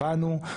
הבנו.